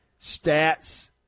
stats